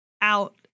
out